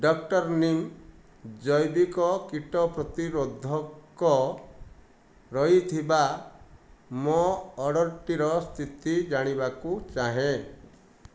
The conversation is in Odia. ଡକ୍ଟର୍ ନିମ୍ ଜୈବିକ କୀଟ ପ୍ରତିରୋଧକ ରହିଥିବା ମୋ ଅର୍ଡ଼ର୍ଟିର ସ୍ଥିତି ଜାଣିବାକୁ ଚାହେଁ